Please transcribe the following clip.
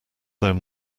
though